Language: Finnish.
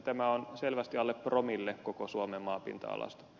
tämä on selvästi alle promillen koko suomen maapinta alasta